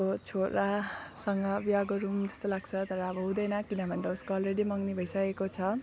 उसको छोरासँग बिहा गरूँ जस्तो लाग्छ तर अब हुँदैन किनभन्दा उसको अलरेडी मगनी भइसकेको छ